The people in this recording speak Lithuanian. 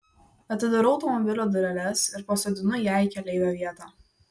atidarau automobilio dureles ir pasodinu ją į keleivio vietą